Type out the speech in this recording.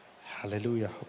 Hallelujah